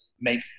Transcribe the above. make